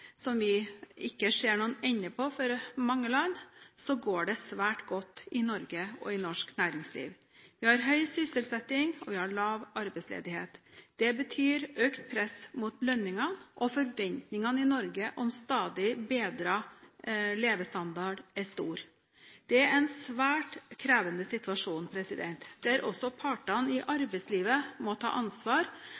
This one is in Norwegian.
som vi ikke ser noen ende på for mange land, går det svært godt i Norge og i norsk næringsliv. Vi har høy sysselsetting, og vi har lav arbeidsledighet. Det betyr økt press mot lønningene, og forventningene i Norge om en stadig bedret levestandard er stor. Det er en svært krevende situasjon, der også partene i